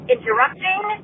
Interrupting